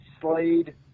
Slade